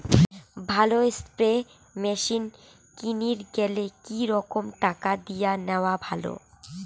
ভালো spray machine কিনির গেলে কি রকম টাকা দিয়া নেওয়া ভালো?